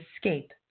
escape